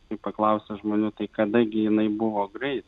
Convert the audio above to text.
kai paklausė žmonių tai kada gi jinai buvo greit